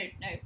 no